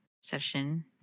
session